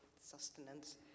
sustenance